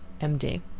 m d.